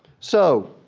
so,